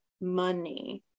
money